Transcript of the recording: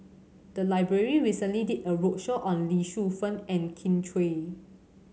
the library recently did a roadshow on Lee Shu Fen and Kin Chui